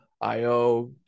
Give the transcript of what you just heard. IO